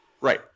Right